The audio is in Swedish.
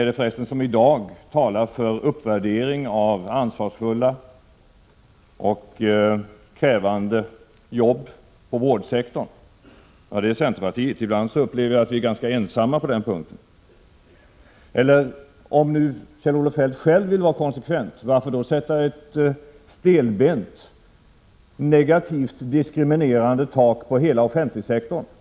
Vem är det som i dag talar för uppvärdering av ansvarsfulla och krävande arbeten inom vårdsektorn? Jo, det är centerpartiet. Ibland upplever jag att vi är ganska ensamma på den punkten. Om nu Kjell-Olof Feldt själv vill vara konsekvent, varför då sätta ett stelbent, negativt och diskriminerande tak på hela offentlighetssektorn?